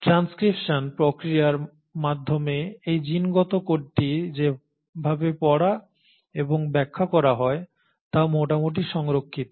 transcription প্রক্রিয়ার মাধ্যমে এই জিনগত কোডটি যেভাবে পড়া এবং ব্যাখ্যা করা হয় তা মোটামুটি সংরক্ষিত